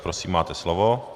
Prosím, máte slovo.